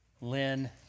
Lynn